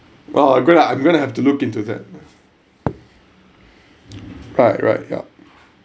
well I'm gonna I'm gonna have to look into that right right yup